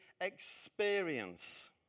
experience